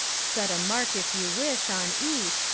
set a mark, if you wish, on each,